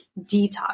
Detox